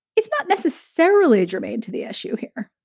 it's not necessarily germane to the issue here.